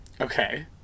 Okay